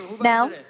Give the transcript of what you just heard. Now